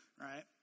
right